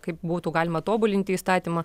kaip būtų galima tobulinti įstatymą